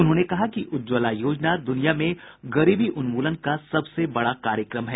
उन्होंने कहा कि उज्ज्वला योजना दुनिया में गरीबी उन्मूलन का सबसे बड़ा कार्यक्रम है